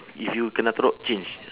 if you kena throw out change